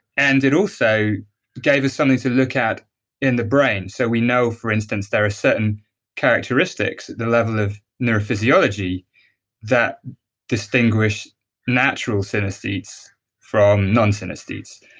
and it also gave us something to look at in the brain. so, we know for instance, there are certain characteristics, the level of neurophysiology that distinguish natural synesthetes from non-synesthetes.